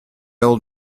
old